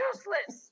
Useless